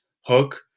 hook